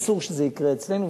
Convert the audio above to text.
אסור שזה יקרה אצלנו,